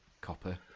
copper